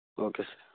okay sir